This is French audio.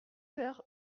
père